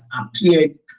appeared